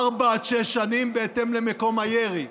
ארבע עד שש שנים, בהתאם למקום הירי,